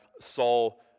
Saul